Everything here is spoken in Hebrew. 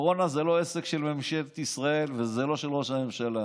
הקורונה זה לא עסק של ממשלת ישראל וזה לא של ראש הממשלה.